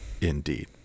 indeed